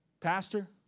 Pastor